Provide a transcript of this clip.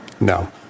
No